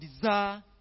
desire